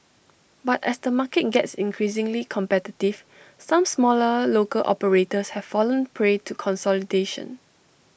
but as the market gets increasingly competitive some smaller local operators have fallen prey to consolidation